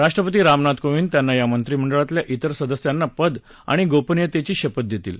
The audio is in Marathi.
राष्ट्रपती रामनाथ कोविंद त्यांना आणि मंत्रिमंडळातल्या विर सदस्यांना पद आणि गोपनीयतेची शपथ देतील